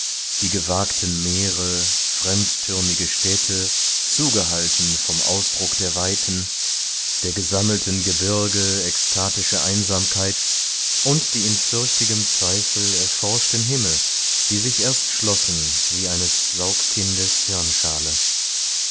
die gewagten meere fremdtürmige städte zugehalten vom ausdruck der weiten der gesammelten gebirge ekstatische einsamkeit und die in fürchtigem zweifel erforschten himmel die sich erst schlossen wie eines saugkindes hirnschale